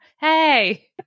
hey